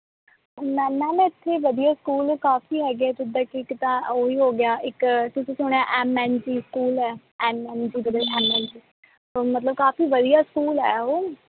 ਮੈਂ ਮੈਮ ਇੱਥੇ ਵਧੀਆ ਸਕੂਲ ਕਾਫੀ ਹੈਗੇ ਜਿੱਦਾਂ ਕਿ ਇੱਕ ਤਾਂ ਉਹ ਹੀ ਹੋ ਗਿਆ ਇੱਕ ਤੁਸੀਂ ਸੁਣਿਆ ਐਮ ਐਨ ਸੀ ਸਕੂਲ ਹੈ ਐਮ ਐਨ ਸੀ ਐਮ ਐਨ ਸੀ ਮਤਲਬ ਕਾਫੀ ਵਧੀਆ ਸਕੂਲ ਹੈ ਉਹ